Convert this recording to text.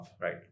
right